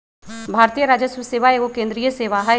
भारतीय राजस्व सेवा एगो केंद्रीय सेवा हइ